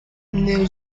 new